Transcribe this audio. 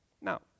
Now